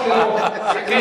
שש דקות.